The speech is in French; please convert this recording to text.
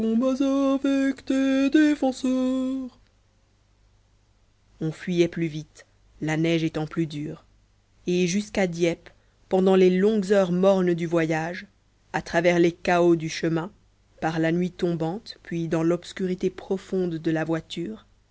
on fuyait plus vite la neige étant plus dure et jusqu'à dieppe pendant les longues heures mornes du voyage à travers les cahots du chemin par la nuit tombante puis dans l'obscurité profonde de la voiture